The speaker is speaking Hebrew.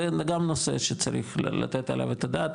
זה גם נושא שצריך לתת עליו את הדעת,